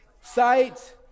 sight